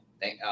thank